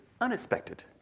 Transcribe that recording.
unexpected